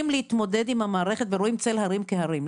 להתמודד עם המערכת ורואים צל הרים כהרים.